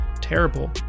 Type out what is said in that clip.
terrible